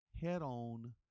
head-on